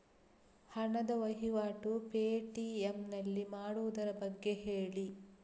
ಹಣದ ವಹಿವಾಟು ಪೇ.ಟಿ.ಎಂ ನಲ್ಲಿ ಮಾಡುವುದರ ಬಗ್ಗೆ ಹೇಳಿ